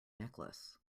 necklace